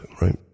right